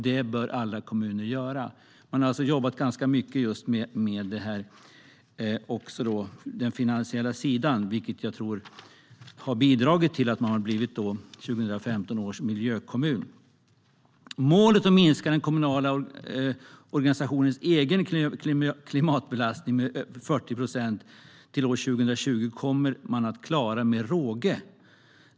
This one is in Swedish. Det bör alla kommuner göra. Man har alltså jobbat ganska mycket med den finansiella sidan, vilket jag tror har bidragit till att man har blivit 2015 års miljökommun. Målet att minska den kommunala organisationens egen klimatbelastning med 40 procent till år 2020 kommer man att klara med råge.